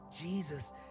Jesus